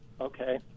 okay